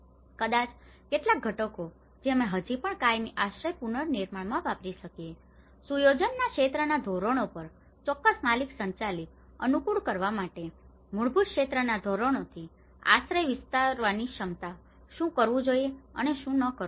કદાચ કેટલાક ઘટકો જે અમે હજી પણ કાયમી આશ્રય પુનર્નિર્માણમાં વાપરી શકીએ છીએ સુયોજનના ક્ષેત્રના ધોરણો પર ચોક્કસ માલિક સંચાલિત અનુકૂળ કરવા માટે મૂળભૂત ક્ષેત્રના ધોરણોથી આશ્રય વિસ્તારવાની ક્ષમતા શું કરવું જોઈએ અને શું ન કરવું જોઈએ